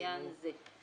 לעניין זה.